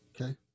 Okay